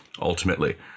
ultimately